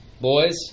boys